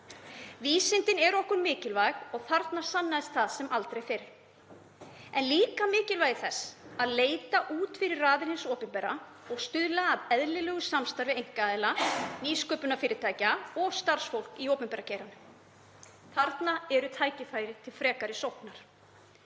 Vísindin eru okkur mikilvæg og þarna sannaðist það sem aldrei fyrr, en líka mikilvægi þess að leita út fyrir raðir hins opinbera og stuðla að eðlilegu samstarfi einkaaðila, nýsköpunarfyrirtækja og starfsfólks í opinbera geiranum. Þarna eru tækifæri til frekari sóknar.